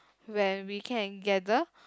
when we can gather